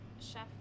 Chef